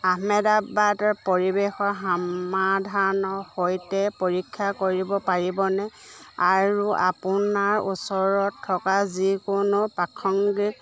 আহমেদাবাদ পৰিৱেশ সমাধানৰ সৈতে পৰীক্ষা কৰিব পাৰিবনে আৰু আপোনাৰ ওচৰত থকা যিকোনো প্ৰাসংগিক